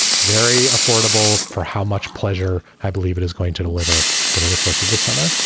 very affordable for how much pleasure. i believe it is going to deliver over the course of the summer.